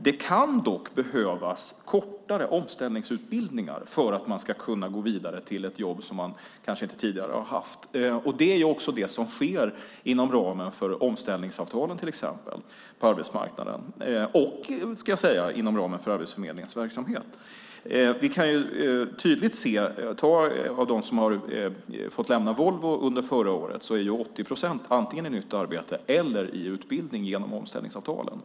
Det kan dock behövas kortare omställningsutbildningar för att man ska kunna gå vidare till ett jobb som man kanske tidigare inte har haft. Det är också det som sker på arbetsmarknaden till exempel inom ramen för omställningsavtalen och, ska jag säga, inom ramen för Arbetsförmedlingens verksamhet. Vi kan ju tydligt se att av dem som fått lämna Volvo under förra året är 80 procent antingen i nytt arbete eller i utbildning genom omställningsavtalen.